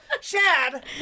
Chad